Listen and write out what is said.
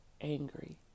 angry